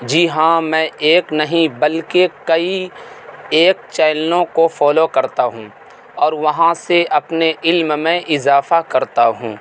جی ہاں میں ایک نہیں بلکہ کئی ایک چینلوں کو فالو کرتا ہوں اور وہاں سے اپنے علم میں اضافہ کرتا ہوں